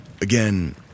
Again